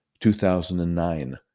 2009